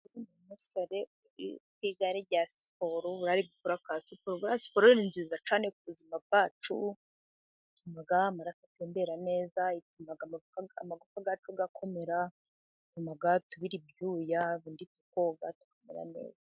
Uyu ni umusore uri ku igare rya siporo. Buriya ari gukora ka siporo. Buriya siporo ni nziza cyane ku buzima bwacu. Ituma amaraso atembera neza, ituma amagufa yacu akomera, umubiri wacu ubira ibyuya, ubundi tukoga tukamera neza.